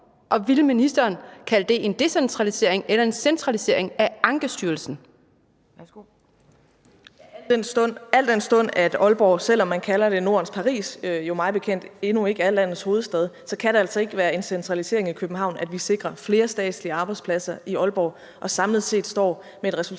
og vil ministeren kalde det en decentralisering eller centralisering af Ankestyrelsen?